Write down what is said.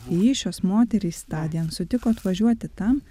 į jį šios moterys tądien sutiko atvažiuoti tam